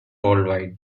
worldwide